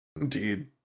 Indeed